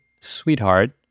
sweetheart